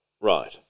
Right